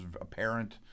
apparent